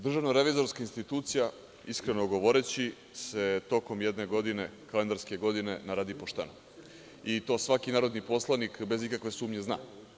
Dame i gospodo, DRI, iskreno govoreći se tokom jedne godine, kalendarske godine naradi pošteno i to svaki narodni poslanik, bez ikakve sumnje zna.